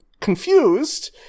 confused